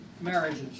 marriages